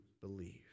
believe